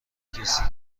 کسی